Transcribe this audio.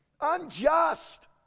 unjust